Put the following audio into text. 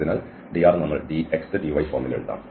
അതിനാൽ dr നമ്മൾ ഈ dx dy ഫോമിൽ എഴുതാം